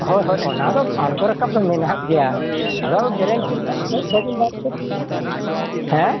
ᱦᱳᱭ ᱦᱳᱭ ᱚᱱᱟ ᱫᱚ ᱟᱬᱜᱚ ᱨᱟᱠᱟᱵ ᱫᱚ ᱢᱮᱱᱟᱜ ᱜᱮᱭᱟ ᱚᱫᱚ ᱜᱮᱨᱮᱱᱴᱤ ᱫᱚ ᱱᱟᱦᱟᱜ ᱦᱮᱸ